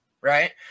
right